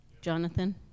Jonathan